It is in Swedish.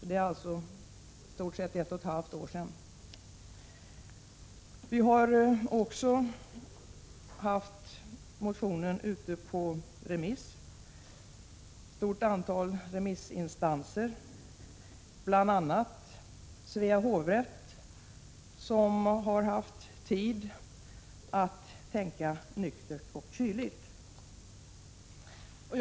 Det är i stort sett ett och ett halvt år sedan dess. Vi har också haft motionen ute på remiss till ett stort antal remissinstanser, bl.a. Svea hovrätt, som haft tid att tänka nyktert och kyligt.